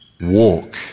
Walk